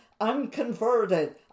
unconverted